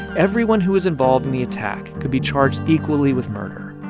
everyone who was involved in the attack could be charged equally with murder.